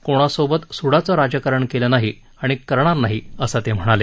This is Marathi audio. कुणासोबतही सूडाचं राजकारण केलं नाही आणि करणार नाही असं ते म्हणाले